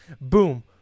Boom